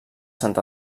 sant